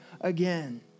again